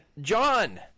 John